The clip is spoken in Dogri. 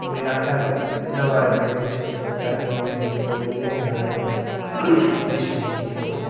ते कोई आक्खै ते कोई एह्दे बारै च कोई किश टेक्नोलॉजी बिलकुल नीं ऐ ग्राएं च महाराज किश बी नेईं जीरो